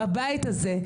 בבית הזה,